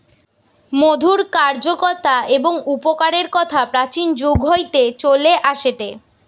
মধুর কার্যকতা এবং উপকারের কথা প্রাচীন যুগ হইতে চলে আসেটে